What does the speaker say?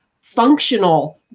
functional